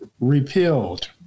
repealed